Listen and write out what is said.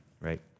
right